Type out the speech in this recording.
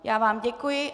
Já vám děkuji.